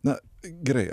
na gerai